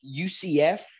UCF